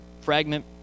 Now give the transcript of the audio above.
fragment